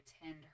attend